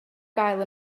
gael